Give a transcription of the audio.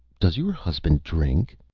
does your husband drink?